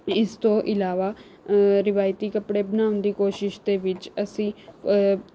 ਇਸ ਤੋਂ ਇਲਾਵਾ ਰਵਾਇਤੀ ਕੱਪੜੇ ਬਣਾਉਣ ਦੀ ਕੋਸ਼ਿਸ਼ ਦੇ ਵਿੱਚ ਅਸੀਂ